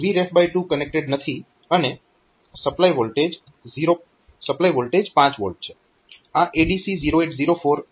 Vref 2 connected નથી અને supply voltage 5 V છે આ ADC 0804 IC ની બાજુએ છે